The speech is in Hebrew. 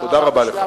תודה רבה לך.